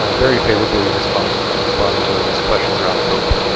um very favorably responding ah responding to those questions around hope.